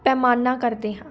ਪੈਮਾਨਾ ਕਰਦੇ ਹਾਂ